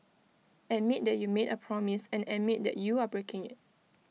admit that you made A promise and admit that you are breaking IT